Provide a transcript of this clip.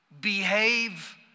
Behave